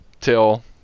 till